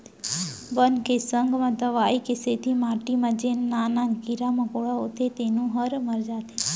बन के संग म दवई के सेती माटी म जेन नान नान कीरा मकोड़ा होथे तेनो ह मर जाथें